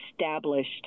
established